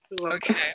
Okay